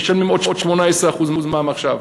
משלמים עוד 18% עכשיו.